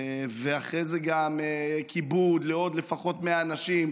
ואחרי זה גם כיבוד לעוד לפחות 100 אנשים,